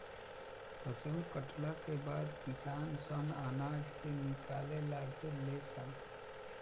फसल कटला के बाद किसान सन अनाज के निकाले लागे ले सन